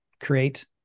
create